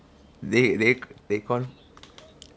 they they they call